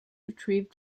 retrieved